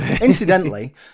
Incidentally